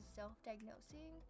self-diagnosing